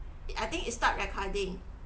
I think it stopped recording